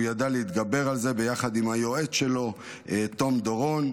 הוא ידע להתגבר על זה ביחד עם היועץ שלו תום דורון.